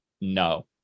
no